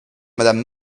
madame